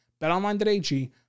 BetOnline.ag